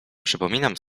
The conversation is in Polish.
przypominam